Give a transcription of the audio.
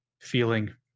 feeling